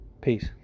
Peace